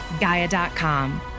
Gaia.com